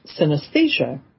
synesthesia